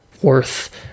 worth